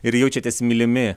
ir jaučiatės mylimi